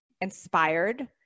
inspired